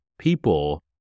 people